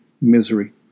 misery